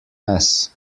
mess